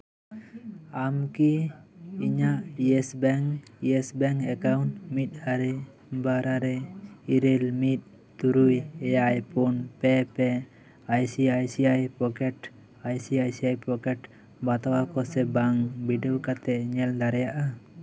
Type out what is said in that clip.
ᱟᱢ ᱠᱤ ᱤᱧᱟᱹᱜ Yes Bank Yes Bank account ᱢᱤᱫ ᱟᱨᱮ ᱵᱟᱨᱟᱨᱮ ᱤᱨᱟᱹᱞ ᱢᱤᱫ ᱛᱩᱨᱩᱭ ᱮᱭᱟᱭ ᱯᱩᱱ ᱯᱮ ᱯᱮ I C I C pocket I C I C pocket ᱵᱟᱛᱣ ᱟᱠᱚ ᱥᱮ ᱵᱟᱝ ᱵᱤᱰᱟᱹᱣ ᱠᱟᱛᱮᱢ ᱧᱮᱞ ᱫᱟᱲᱮᱭᱟᱜᱼᱟ